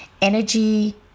energy